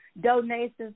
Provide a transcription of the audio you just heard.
donations